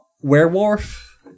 werewolf